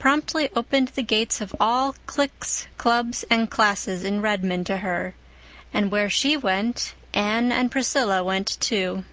promptly opened the gates of all cliques, clubs and classes in redmond to her and where she went anne and priscilla went, too.